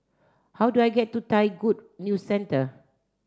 how do I get to Thai Good News Centre